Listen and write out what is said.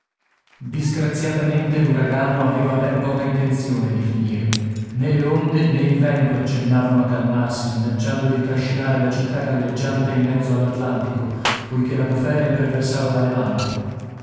disgraziatamente l'uragano aveva ben poca intenzione di finire né le onde né il vento accennavano a calmarsi minacciando di trascinare la città galleggiante in mezzo all'atlantico poiché la bufera imperversava da levante